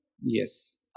yes